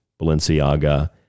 Balenciaga